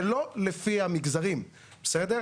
ולא לפי המגזרים, בסדר?